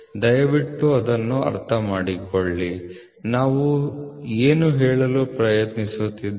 ದಯವಿಟ್ಟು ಅದನ್ನು ಅರ್ಥಮಾಡಿಕೊಳ್ಳಿ ನಾವು ಏನು ಹೇಳಲು ಪ್ರಯತ್ನಿಸುತ್ತಿದ್ದೇವೆ